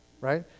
right